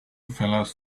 fellas